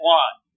one